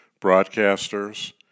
broadcasters